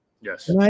yes